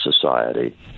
society